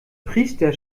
priester